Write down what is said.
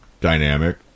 dynamic